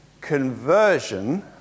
Conversion